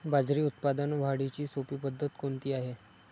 बाजरी उत्पादन वाढीची सोपी पद्धत कोणती आहे?